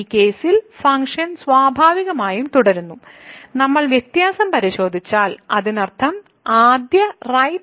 ഈ കേസിൽ ഫങ്ക്ഷൻ സ്വാഭാവികമായും തുടരുന്നു നമ്മൾ വ്യത്യാസം പരിശോധിച്ചാൽ അതിനർത്ഥം ആദ്യം റൈറ്റ് ഡെറിവേറ്റീവ്